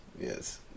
yes